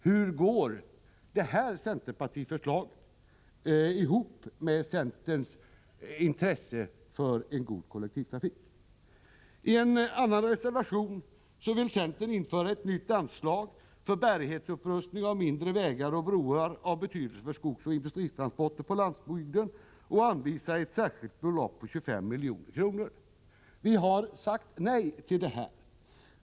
Hur går detta centerförslag ihop med centerns intresse för en god kollektivtrafik? I en annan reservation vill centern införa ett nytt anslag för bärighetsupprustning av mindre vägar och broar av betydelse för skogsoch industritransporter på landsbygden och anvisa ett särskilt belopp på 25 milj.kr. Utskottet har sagt nej till detta anslag.